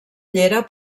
llera